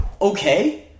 Okay